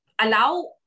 allow